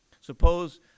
Suppose